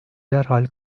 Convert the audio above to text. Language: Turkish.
derhal